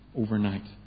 overnight